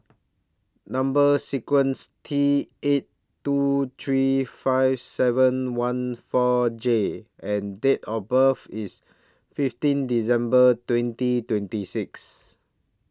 Number sequence T eight two three five seven one four J and Date of birth IS fifteen December twenty twenty six